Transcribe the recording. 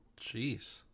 Jeez